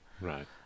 right